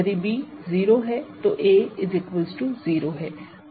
यदि b 0 है तो a 0 है